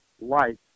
life